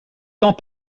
temps